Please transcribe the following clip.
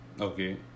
Okay